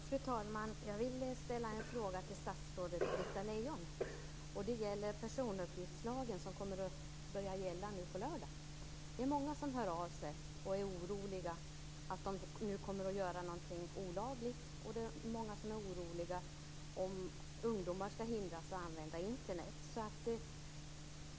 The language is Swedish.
Fru talman! Jag vill ställa en fråga till statsrådet Britta Lejon. Det gäller personuppgiftslagen, som kommer att börja gälla nu på lördag. Det är många som hör av sig och är oroliga för att de nu kommer att göra någonting olagligt. Många är oroliga för att ungdomar skall hindras att använda Internet.